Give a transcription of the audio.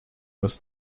was